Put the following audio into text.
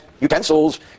utensils